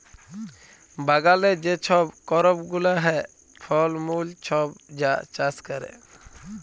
বাগালে যে ছব করপ গুলা হ্যয়, ফল মূল ছব যা চাষ ক্যরে